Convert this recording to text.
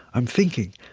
i'm thinking.